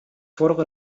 fordere